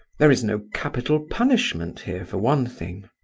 there is no capital punishment here for one thing.